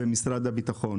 במשרד הביטחון.